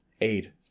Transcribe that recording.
aid